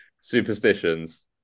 Superstitions